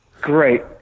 Great